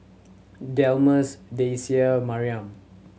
Delmus Daisye Maryam